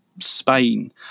Spain